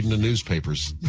newspapers